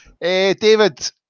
David